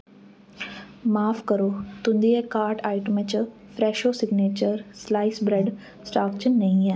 माफ करो तुं'दियें कार्ट आइटमें चा Fresho signature slice bread stock च नेईं ऐ